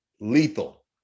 lethal